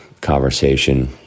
conversation